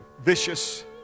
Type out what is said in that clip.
vicious